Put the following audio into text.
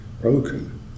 broken